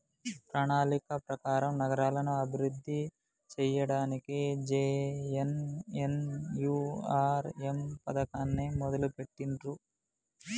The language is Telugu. ప్రణాళిక ప్రకారం నగరాలను అభివృద్ధి సేయ్యడానికి జే.ఎన్.ఎన్.యు.ఆర్.ఎమ్ పథకాన్ని మొదలుబెట్టిర్రు